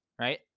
right